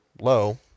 low